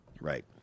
Right